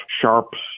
sharps